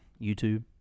YouTube